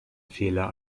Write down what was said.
fehler